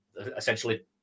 essentially